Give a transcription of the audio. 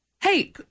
hey